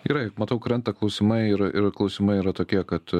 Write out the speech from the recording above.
gerai matau krenta klausimai ir ir klausimai yra tokie kad